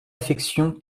affection